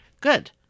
good